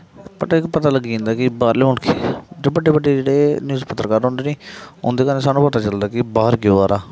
but इक पता लग्गी जंदा कि एह् बाहरले मुल्ख जेह्ड़े बड्डे बड्डे जेह्ड़े न्यूज पत्रकार होंदे नी उं'दे कन्नै सानूं पता चलदा कि बाह्र केह् होआ दा